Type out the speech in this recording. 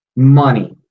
Money